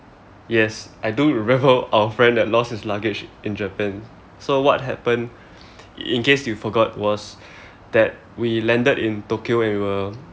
yes I do remember our friend that lost his luggage in japan so what happened in case you forgot was that we landed in tokyo and we were